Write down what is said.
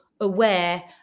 aware